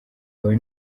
wawe